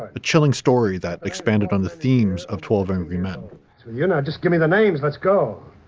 a chilling story that expanded on the themes of twelve angry men you're not just give me the names. let's go.